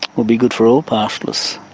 will be good for all pastoralists,